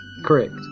correct